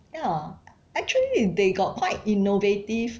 ya actually they got quite innovative